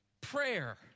Prayer